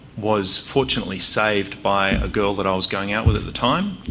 was fortunately saved by a girl that i was going out with at the time,